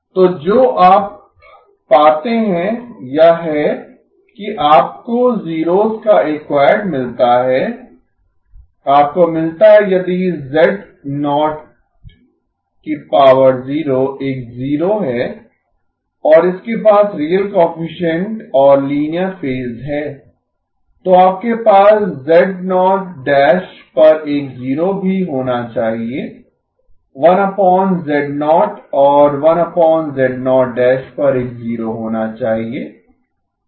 तो जो आप पाते हैं यह है कि आपको जीरोस का एक क्वैड मिलता है आपको मिलता है यदि एक जीरो है और इसके पास रियल कोएफिसिएंट्स और लीनियर फेज है तो आपके पास पर एक 0 भी होना चाहिए 1z0 और पर एक 0 होना चाहिए